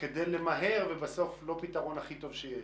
כדי למהר ובסוף לא הפתרון הכי טוב שיש.